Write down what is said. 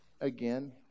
again